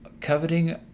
coveting